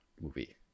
movie